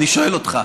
אני שואל אותך.